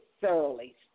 thoroughly